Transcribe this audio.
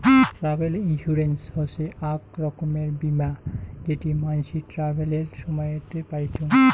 travel insurance হসে আক রকমের বীমা যেটি মানসি ট্রাভেলের সময়তে পাইচুঙ